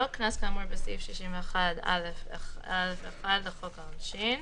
קנס כאמור בסעיף 61(א)(1) לחוק העונשין.